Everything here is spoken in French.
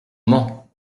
mans